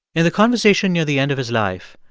in the conversation near the end of his life,